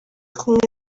kumwe